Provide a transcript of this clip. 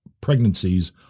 pregnancies